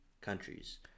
countries